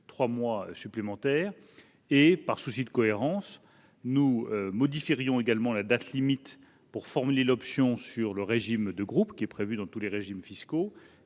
trois mois supplémentaires. Par souci de cohérence, nous modifierions également la date limite pour formuler l'option sur le régime de groupe, prévue dans tous les régimes fiscaux.